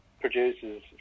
produces